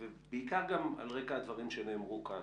ובעיקר גם על רקע הדברים שנאמרו כאן,